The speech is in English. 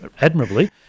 admirably